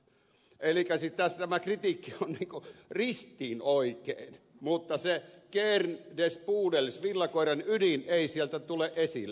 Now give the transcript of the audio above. elikkä siis tässä tämä kritiikki on ristiin oikein mutta se kern des pudels villakoiran ydin ei sieltä tule esille